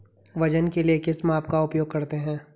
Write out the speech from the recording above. वजन के लिए किस माप का उपयोग करते हैं?